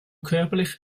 körperlich